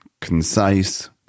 concise